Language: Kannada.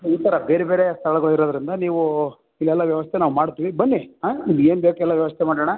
ಈ ಥರ ಬೇರೆ ಬೇರೆ ಸ್ಥಳಗಳು ಇರೋದರಿಂದ ನೀವು ಇಲ್ಲೆಲ್ಲ ವ್ಯವಸ್ಥೆ ನಾವು ಮಾಡ್ತೀವಿ ಬನ್ನಿ ಹಾಂ ನಿಮ್ಗೆ ಏನು ಬೇಕು ಎಲ್ಲ ವ್ಯವಸ್ಥೆ ಮಾಡೋಣ